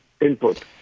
Input